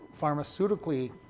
pharmaceutically